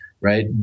right